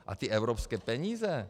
A evropské peníze?